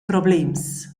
problems